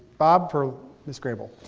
bob for miss grey bull.